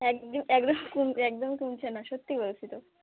এক দো একদম কম একদমই কমছে না সত্যি বলছি তো